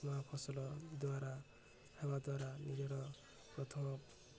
ନୂଆ ଫସଲ ଦ୍ୱାରା ହେବା ଦ୍ୱାରା ନିଜର ପ୍ରଥମ